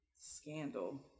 Scandal